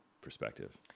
perspective